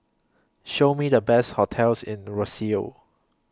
Show Me The Best hotels in Roseau